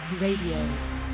Radio